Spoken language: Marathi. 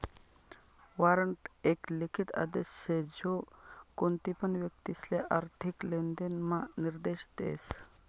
वारंट एक लिखित आदेश शे जो कोणतीपण व्यक्तिले आर्थिक लेनदेण म्हा निर्देश देस